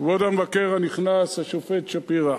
כבוד המבקר הנכנס, השופט שפירא,